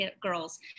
girls